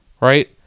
right